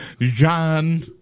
John